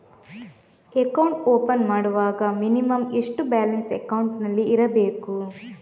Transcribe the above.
Account open ಮಾಡುವಾಗ minimum ಎಷ್ಟು balance ಅಕೌಂಟಿನಲ್ಲಿ ಇರಬೇಕು?